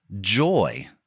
joy